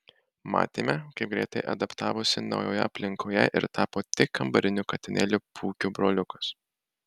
matėme kaip greitai adaptavosi naujoje aplinkoje ir tapo tik kambariniu katinėliu pūkio broliukas